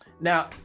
now